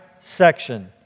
section